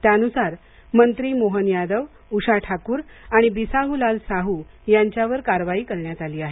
त्यानुसार मंत्री मोहन यादव उषा ठाकूर आणि बिसाहुलाल साहू यांच्यावर कारवाई करण्यात आली आहे